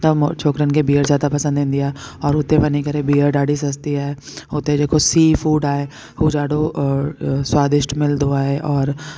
त छोकिरन खे बीअर जादा पसंद इंदी आहे और हुते वञी करे बीअर ॾाढी सस्ती आहे हुते जेको सी फूड आहे हू ॾाढो स्वादिष्ट मिलंदो आहे और